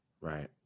Right